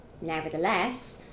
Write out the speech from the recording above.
Nevertheless